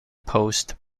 post